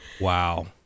Wow